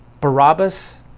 Barabbas